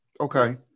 Okay